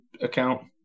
account